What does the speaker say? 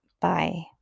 Bye